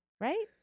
Right